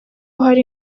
hari